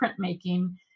printmaking